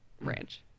Ranch